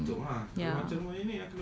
mm ya